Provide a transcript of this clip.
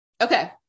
Okay